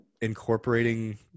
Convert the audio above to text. incorporating